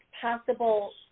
possible